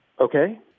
Okay